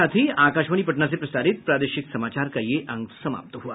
इसके साथ ही आकाशवाणी पटना से प्रसारित प्रादेशिक समाचार का ये अंक समाप्त हुआ